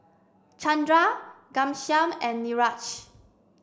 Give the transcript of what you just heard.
Chandra Ghanshyam and Niraj